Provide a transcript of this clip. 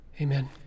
Amen